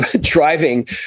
driving